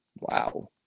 Wow